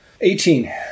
Eighteen